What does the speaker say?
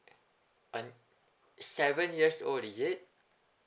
un~ seven years old is it